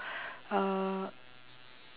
uh